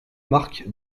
marc